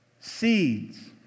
seeds